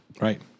Right